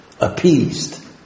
appeased